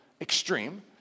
extreme